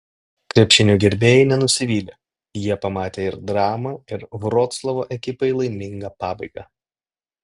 krepšinio gerbėjai nenusivylė jie pamatė ir dramą ir vroclavo ekipai laimingą pabaigą